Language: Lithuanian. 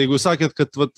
jeigu sakėt kad vat